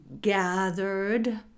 gathered